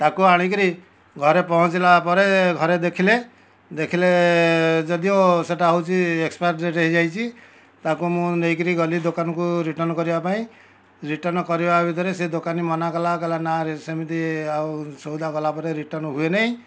ତାକୁ ଆଣିକିରି ଘରେ ପହଞ୍ଚିଲା ପରେ ଘରେ ଦେଖିଲେ ଦେଖିଲେ ଯଦିଓ ସେଟା ହେଉଛି ଏକ୍ସପାଇର୍ ଡେଟ୍ ହୋଇଯାଇଛି ତାକୁ ମୁଁ ନେଇକିରି ଗଲି ଦୋକାନକୁ ରିଟର୍ନ କରିବା ପାଇଁ ରିଟର୍ନ କରିବା ଭିତରେ ସେ ଦୋକାନୀ ମନା କଲା କଲା ନା ସେମିତି ଆଉ ସଉଦା ଗଲା ପରେ ରିଟର୍ନ ହୁଏ ନାଇଁ